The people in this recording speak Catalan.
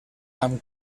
amb